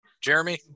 Jeremy